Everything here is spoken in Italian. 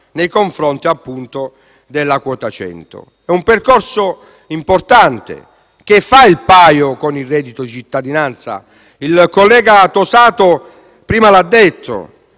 nei confronti di quota 100. È un percorso importante, che fa il paio con il reddito cittadinanza. Il collega Tosato prima l'ha detto: